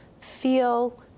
feel